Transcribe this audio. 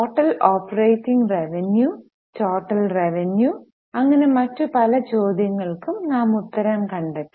total operating revenue total revenue അങ്ങനെ മറ്റു പല ചോദ്യങ്ങൾക്കും നാം ഉത്തരം കണ്ടെത്തി